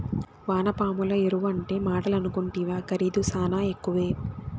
వానపాముల ఎరువంటే మాటలనుకుంటివా ఖరీదు శానా ఎక్కువే